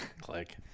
click